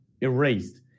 erased